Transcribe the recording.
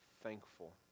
thankful